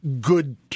good